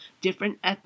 different